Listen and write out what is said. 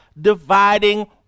dividing